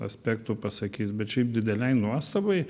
aspektų pasakys bet šiaip didelei nuostabai